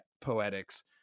poetics